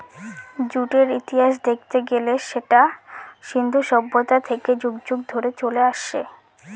জুটের ইতিহাস দেখতে গেলে সেটা সিন্ধু সভ্যতা থেকে যুগ যুগ ধরে চলে আসছে